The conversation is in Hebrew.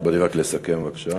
אדוני, רק לסכם בבקשה.